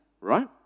right